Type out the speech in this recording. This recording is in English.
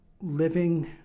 living